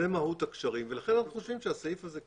אלה מהות הקשרים ולכן אנחנו חושבים שהסעיף הזה,